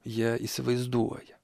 jie įsivaizduoja